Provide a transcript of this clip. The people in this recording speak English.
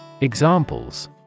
Examples